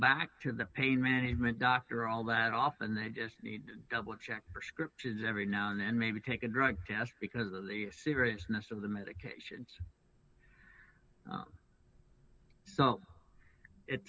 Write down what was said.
back to the pain management doctor all that often they just need to double check prescriptions every now and then maybe take a drug test because the seriousness of the medications